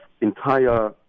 entire